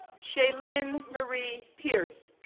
shealynn marie pierce,